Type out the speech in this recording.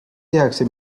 tehakse